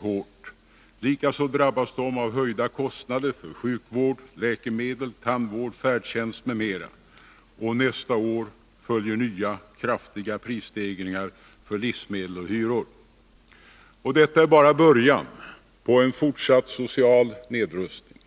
hårt. Likaså drabbas de av höjda kostnader för sjukvård, läkemedel, tandvård, färdtjänst m.m. Och nästa år följer nya kraftiga prisstegringar för livsmedel och hyror. Och detta är bara början på en fortsatt social nedrustning.